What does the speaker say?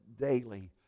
daily